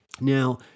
Now